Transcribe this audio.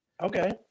okay